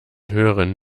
höheren